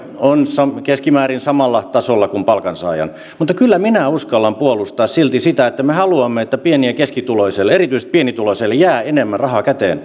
se on keskimäärin samalla tasolla kuin palkansaajan mutta kyllä minä silti uskallan puolustaa sitä että me haluamme että pieni ja keskituloiselle erityisesti pienituloiselle jää enemmän rahaa käteen